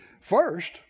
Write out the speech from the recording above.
first